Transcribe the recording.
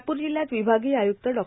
नागपूर जिल्ह्यात विभागीय आय्क्त डॉ